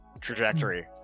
trajectory